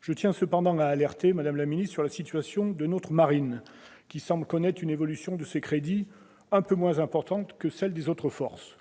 Je tiens cependant à alerter sur la situation de notre marine, qui semble connaître une évolution de ses crédits un peu moins importante que celle des autres forces.